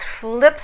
flips